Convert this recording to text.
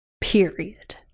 period